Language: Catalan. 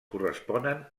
corresponen